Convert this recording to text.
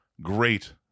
great